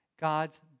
God's